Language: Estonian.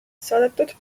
saadetud